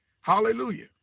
Hallelujah